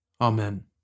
Amen